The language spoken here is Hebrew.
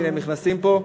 הנה הם נכנסים פה,